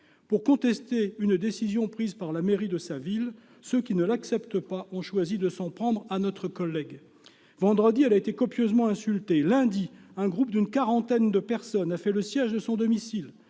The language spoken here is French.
n'acceptent pas une décision prise par la mairie de sa ville ont choisi de s'en prendre à notre collègue. Vendredi dernier, elle a été copieusement insultée. Lundi, un groupe d'une quarantaine de personnes a fait le siège de son domicile,